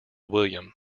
william